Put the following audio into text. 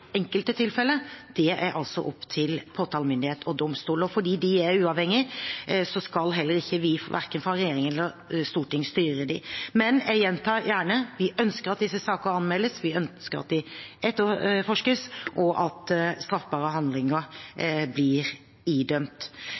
er opp til påtalemyndighet og domstol, og fordi de er uavhengige, skal heller ikke vi – verken fra regjering eller storting – styre dem. Men jeg gjentar gjerne at vi ønsker at disse sakene anmeldes, vi ønsker at de etterforskes, og at straffbare handlinger blir idømt.